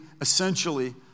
essentially